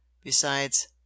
Besides